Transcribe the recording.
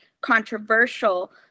controversial